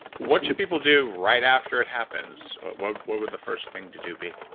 what should people do right after it happens? what what would the first thing to do be?